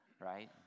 right